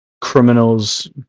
criminals